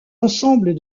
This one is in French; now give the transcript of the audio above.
ensemble